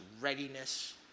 readiness